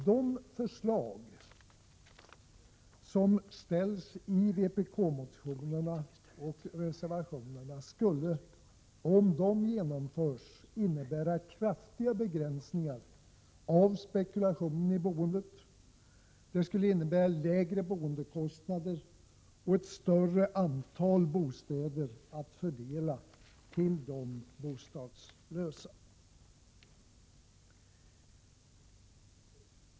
De förslag som ställs i vpk-motionerna och reservationerna skulle, om de genomfördes, innebära kraftiga begränsningar av spekulationen i boendet. Det skulle innebära lägre boendekostnader och ett större antal bostäder att fördela till de bostadslösa.